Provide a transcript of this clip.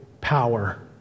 power